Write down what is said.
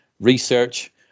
research